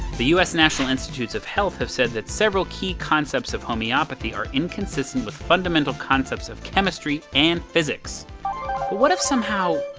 the us national institutes of health have said that several key concepts of homeopathy are inconsistent with fundamental concepts of chemistry and physics. but what if, somehow,